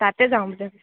তাতে যাওঁগে